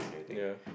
ya